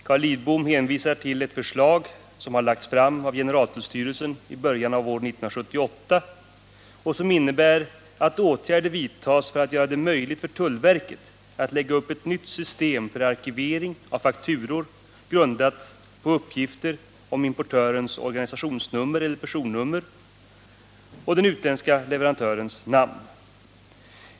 Carl Lidbom hänvisar till ett förslag som har lagts fram av generaltullstyrelsen i början av år 1978 och som innebär att åtgärder vidtas för att göra det möjligt för tullverket att lägga upp ett nytt system för arkivering av fakturor, grundat på uppgifter om importörens organisationsnummer eller personnummer och den utländske leverantörens namn.